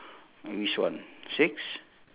which one six